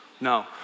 No